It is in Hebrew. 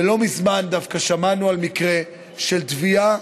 ולא מזמן דווקא שמענו על מקרה של תביעה